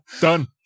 Done